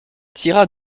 tira